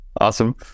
awesome